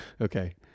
Okay